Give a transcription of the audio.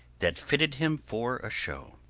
that fitted him for a show.